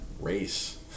race